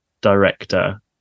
director